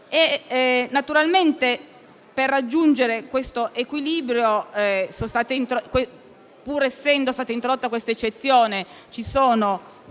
Paesi. Per raggiungere un equilibrio, pur essendo stata introdotta questa eccezione, ci sono